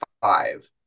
five